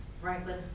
Franklin